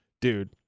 dude